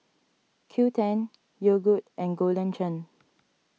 Qoo ten Yogood and Golden Churn